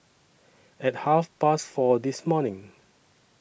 At Half Past four This morning